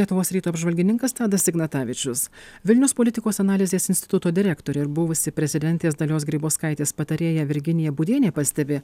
lietuvos ryto apžvalgininkas tadas ignatavičius vilniaus politikos analizės instituto direktorė ir buvusi prezidentės dalios grybauskaitės patarėja virginija būdienė pastebi